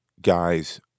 guys